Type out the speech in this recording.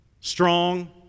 strong